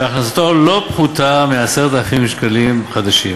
שהכנסתו לא פחותה מ-10,000 שקלים חדשים,